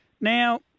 Now